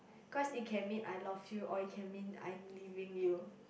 because it can mean I lost you or it can mean I'm leaving you